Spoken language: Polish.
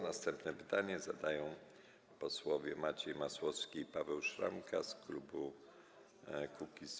Następne pytanie zadają posłowie Maciej Masłowski i Paweł Szramka z klubu Kukiz’15.